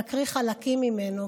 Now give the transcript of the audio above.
להקריא חלקים ממנו,